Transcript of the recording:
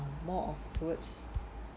more of towards